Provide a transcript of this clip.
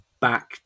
back